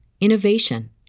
innovation